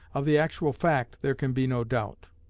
of the actual fact there can be no doubt.